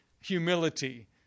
humility